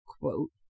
quote